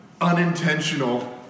unintentional